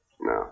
No